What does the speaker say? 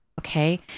Okay